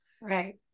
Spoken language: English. right